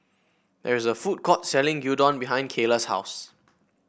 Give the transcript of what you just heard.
there is a food court selling Gyudon behind Cayla's house